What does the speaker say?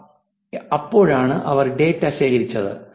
അപ്പോഴാണ് അവർ ഡാറ്റ ശേഖരിച്ചത്